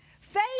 Faith